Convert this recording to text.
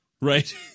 Right